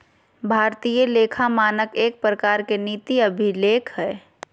भारतीय लेखा मानक एक प्रकार के नीति अभिलेख हय